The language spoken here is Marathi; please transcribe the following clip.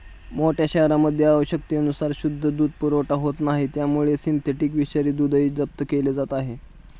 मोठ्या शहरांमध्ये आवश्यकतेनुसार शुद्ध दूध पुरवठा होत नाही त्यामुळे सिंथेटिक विषारी दूधही जप्त केले जात आहे